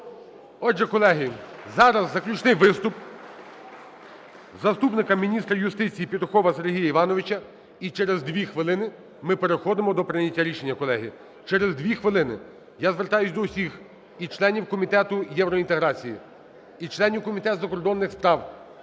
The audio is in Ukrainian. Отже, колеги, зараз заключний виступ заступника міністра юстиції Петухова Сергія Івановича. І через 2 хвилини ми переходимо до прийняття рішення, колеги. Через 2 хвилини. Я звертаюся до усіх – і членів Комітету євроінтеграції, і членів Комітету закордонних справ